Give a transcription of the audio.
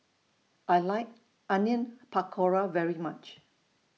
I like Onion Pakora very much